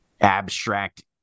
abstract